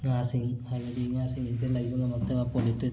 ꯉꯥꯁꯤꯡ ꯍꯥꯏꯕꯗꯤ ꯉꯥꯁꯤꯡ ꯑꯁꯤ ꯂꯩꯕ ꯉꯝꯂꯛꯇꯕ ꯄꯣꯂꯨꯇꯦꯠ